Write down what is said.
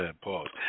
pause